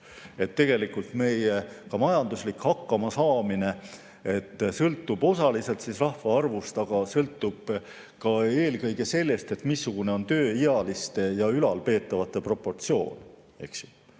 riik. Ka meie majanduslik hakkama saamine sõltub osaliselt rahvaarvust, aga sõltub eelkõige sellest, missugune on tööealiste ja ülalpeetavate proportsioon, eks ju.